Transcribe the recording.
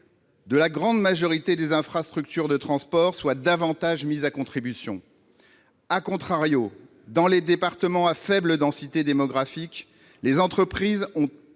de la grande majorité des infrastructures de transport soient davantage mis à contribution., dans les départements à faible densité démographique, les entreprises sont